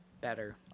Better